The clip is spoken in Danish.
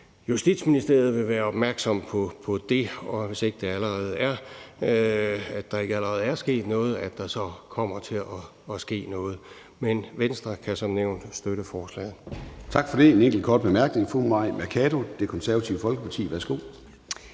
Justitsministeriet vil være opmærksom på det, og at der, hvis der ikke allerede er sket noget, kommer til at ske noget. Men Venstre kan som nævnt støtte forslaget. Kl. 13:49 Formanden (Søren Gade): Tak for det. Der er en enkelt kort bemærkning. Fru Mai Mercado, Det Konservative Folkeparti. Værsgo.